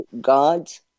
gods